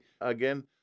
Again